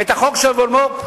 את החוק של המולמו"פ,